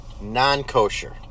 non-kosher